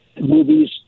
movies